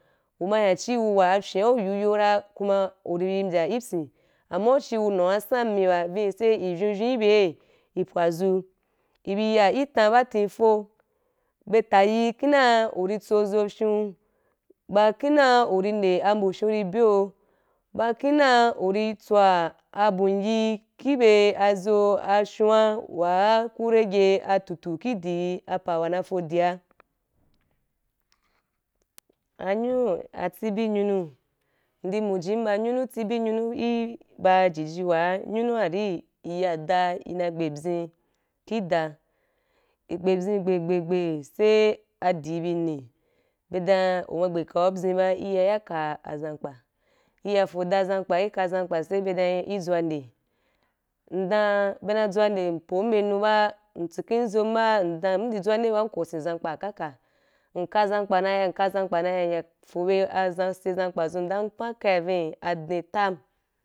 U ma yan chi a awuwa afyen u yi ayo ra kuma u ri bi mbya ki oyin ama u chi a wuru san mi ba sai in vyou vyou ki byei sai in pwadzu i bi yo ki tan ba tin afoo bye ta yi kimde ii ri tsi azi avyou ba kimde u ri nde ambu vyou ri byeu ba kinde u ri tswa a bumgi ki be azou avyoua wa ku rege a tutu ki di bu apa wa na ri fodia. Anyuru atsibi nyuru indi mujin ba nyunu tsibi i ba jiji wa nyunu wa ri i ya da i na ri gbepyin ki daa i gbepyin gbe gbe gbe sai adii be ne be dom u ma ri gbe kau apyin ba i ya ka zan kpa i ya foo da zankpa i kaa zankpa be dan i tswande in dom be na tswande mpum be anu ba in tsiken azon ba in dan bum indi tswande ba in kosen zomkpa wa kaka in ka zankpa na ya in ka zankpa na ya in ya fo bye a sai zankpa zun in dan in pan kani adin tam.